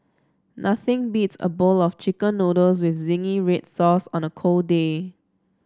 nothing beats a bowl of chicken noodles with zingy red sauce on a cold day